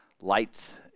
lights